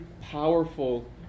powerful